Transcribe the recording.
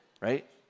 right